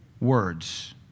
Words